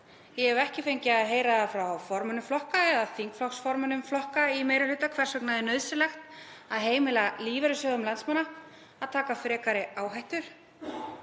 ég hef ekki fengið að heyra frá formönnum flokka eða þingflokksformönnum flokka í meiri hluta hvers vegna nauðsynlegt sé að heimila lífeyrissjóðum landsmanna að taka frekari áhættu